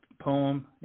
poem